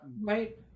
right